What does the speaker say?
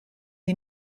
sie